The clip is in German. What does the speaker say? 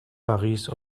paris